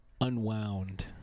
unwound